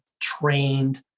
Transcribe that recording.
trained